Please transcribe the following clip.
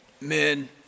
Men